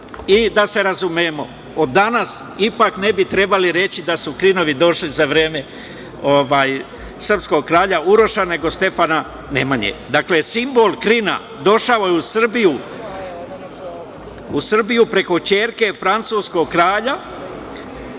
se razumemo, od danas ipak ne bi trebali reći da su krinovi došli za vreme srpskog kralja Uroša, nego Stefana Nemanje. Dakle, simbol krina došao je u Srbiju preko ćerke francuskog kralja